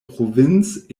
province